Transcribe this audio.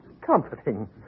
comforting